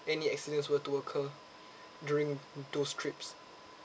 any accidents were to occurred during those trips